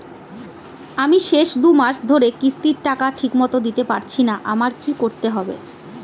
আমি শেষ দুমাস ধরে কিস্তির টাকা ঠিকমতো দিতে পারছিনা আমার কি করতে হবে?